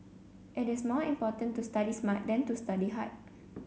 it is more important to study smart than to study hard